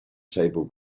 table